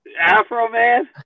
Afro-Man